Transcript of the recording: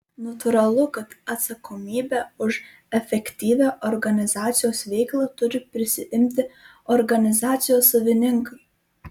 natūralu kad atsakomybę už efektyvią organizacijos veiklą turi prisiimti organizacijos savininkai